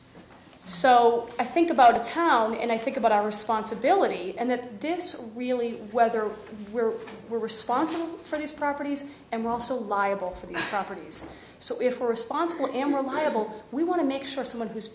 so i think about a town and i think about i responsibility and that this is really whether we're we're responsible for these properties and we're also liable for the property so if we're responsible and reliable we want to make sure someone who's